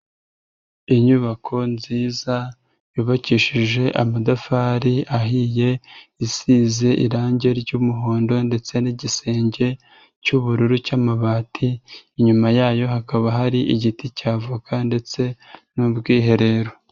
Inyubako nziza yubakishije amatafari ahiye, isize irangi ry'umuhondo ndetse n'igisenge cy'ubururu cy'amabati, inyuma yayo hakaba hari igiti cya avoka ndetse n'ubwiherero.